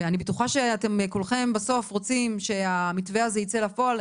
ואני בטוחה שאתם כולכם בסוף רוצים שהמתווה הזה יצא לפועל.